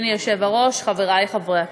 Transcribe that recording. אדוני היושב-ראש, חברי חברי הכנסת,